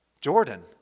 Jordan